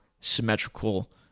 symmetrical